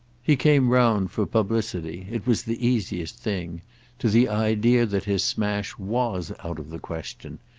he came round, for publicity it was the easiest thing to the idea that his smash was out of the question,